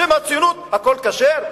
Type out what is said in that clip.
ובשם הציונות הכול כשר.